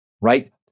right